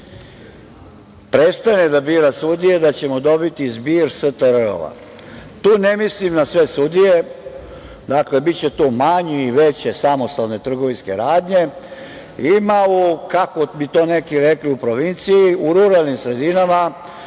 prestane da bira sudije da ćemo dobiti zbir „STR-ova“. Tu ne mislim na sve sudije. Dakle, biće tu manje ili veće samostalne trgovinske radnje. Ima u, kako bi to neki rekli u provinciji, u ruralnim sredinama,